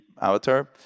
avatar